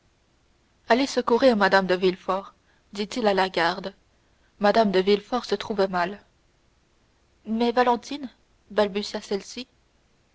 allez secourir mme de villefort dit-il à la garde mme de villefort se trouve mal mais mlle valentine balbutia celle-ci